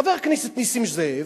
חבר הכנסת נסים זאב,